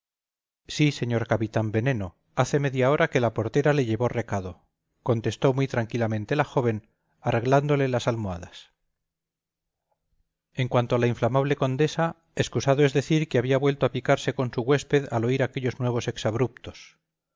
sí señor capitán veneno hace media hora que la portera le llevó recado contestó muy tranquilamente la joven arreglándole las almohadas en cuanto a la inflamable condesa excusado es decir que había vuelto a picarse con su huésped al oír aquellos nuevos exabruptos